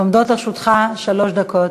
עומדות לרשותך שלוש דקות.